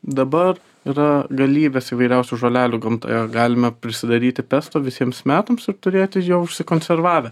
dabar yra galybės įvairiausių žolelių gamtoje galime prisidaryti pesto visiems metams ir turėti jo užsikonservavę